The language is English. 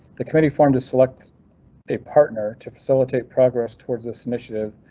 the committee formed to select a partner to facilitate progress towards this initiative.